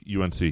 UNC